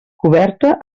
coberta